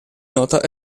nota